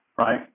right